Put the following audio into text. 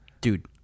Dude